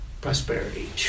prosperity